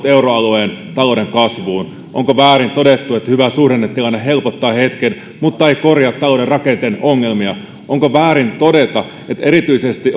euroalueen talouden kasvuun onko väärin todettu että hyvä suhdannetilanne helpottaa hetken mutta ei korjaa talouden rakenteiden ongelmia onko väärin todeta että erityisesti